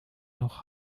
noch